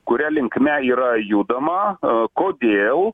kuria linkme yra judama kodėl